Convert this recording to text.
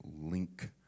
link